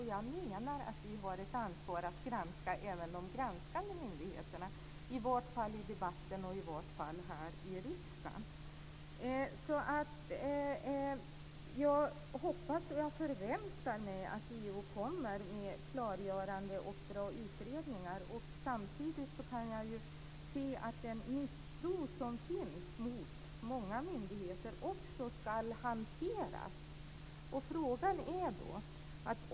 Jag menar att vi har ett ansvar att granska även de granskande myndigheterna i varje fall i debatten och här i riksdagen. Jag förväntar mig att JO kommer med klargörande och bra utredningar. Samtidigt kan jag se att den misstro som finns mot många myndigheter också ska hanteras.